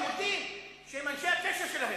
מה,